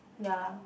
ya